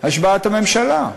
השבעת הממשלה.